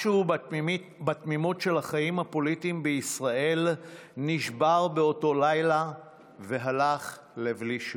משהו בתמימות של החיים הפוליטיים בישראל נשבר באותו לילה והלך לבלי שוב,